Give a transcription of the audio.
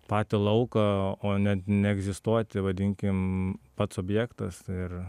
patį lauką o net neegzistuoti vadinkim pats objektas ir